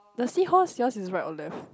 the seahorse yours is right or left